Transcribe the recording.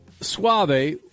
Suave